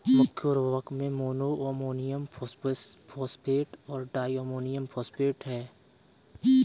मुख्य उर्वरक में मोनो अमोनियम फॉस्फेट और डाई अमोनियम फॉस्फेट हैं